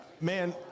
man